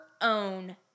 own